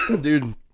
Dude